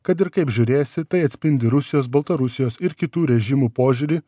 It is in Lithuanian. kad ir kaip žiūrėsi tai atspindi rusijos baltarusijos ir kitų režimų požiūrį